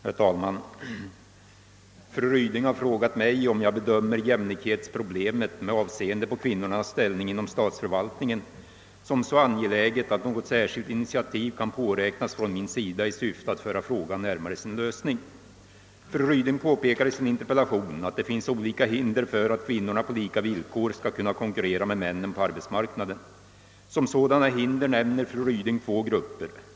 Herr talman! Fru Ryding har frågat mig om jag bedömer jämlikhetsproblemet med avseende på kvinnornas ställning inom statsförvaltningen som så angeläget att något särskilt initiativ kan påräknas från min sida i syfte att föra frågan närmare sin lösning. Fru Ryding påpekar i sin interpellation att det finns olika hinder för att kvinnorna på lika villkor skall kunna konkurrera med männen på arbetsmarknaden. Som sådana hinder näm ner fru Ryding två grupper.